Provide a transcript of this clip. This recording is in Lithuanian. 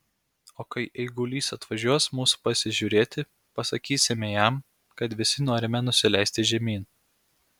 o kai eigulys atvažiuos mūsų pasižiūrėti pasakysime jam kad visi norime nusileisti žemyn